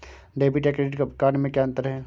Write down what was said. Debit या credit card में क्या अन्तर है?